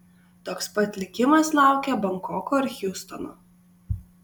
toks pat likimas laukia bankoko ir hjustono